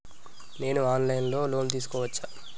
నేను online లో loan తీసుకోవచ్చా?